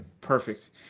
perfect